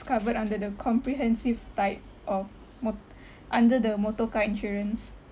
covered under the comprehensive type of mot~ under the motorcar insurance